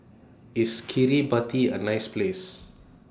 IS Kiribati A nice Place